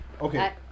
okay